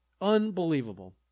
Unbelievable